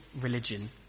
religion